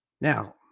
Now